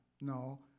No